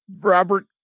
Robert